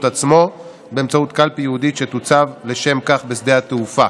עצמו באמצעות קלפי ייעודית שתוצב לשם כך בשדה התעופה.